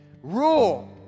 Rule